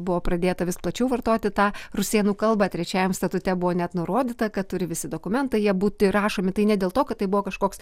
buvo pradėta vis plačiau vartoti tą rusėnų kalbą trečiajam statute buvo net nurodyta kad turi visi dokumentai jie būti rašomi tai ne dėl to kad tai buvo kažkoks